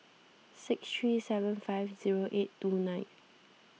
six three seven five zero eight two nine